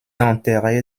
enterré